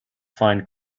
find